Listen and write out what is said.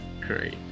great